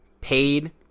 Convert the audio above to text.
paid